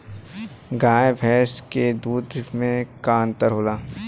गाय भैंस के दूध में का अन्तर होला?